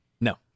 No